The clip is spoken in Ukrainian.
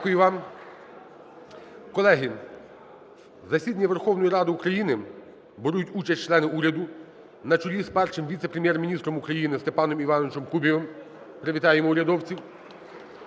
Дякую вам. Колеги, в засіданні Верховної Ради України беруть участь члени уряду на чолі з Першим віце-прем'єр-міністром України Степаном Івановичем Кубівим. Привітаємо урядовців.